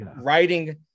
writing